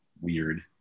weird